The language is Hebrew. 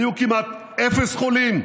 היו כמעט אפס חולים,